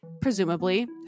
presumably